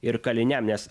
ir kaliniams nes